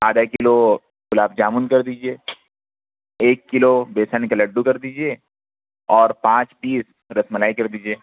آدھا کلو گلاب جامن کر دیجیے ایک کلو بیسن کے لڈّو کر دیجیے اور پانچ پیس رس ملائی کر دیجیے